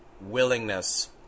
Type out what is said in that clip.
willingness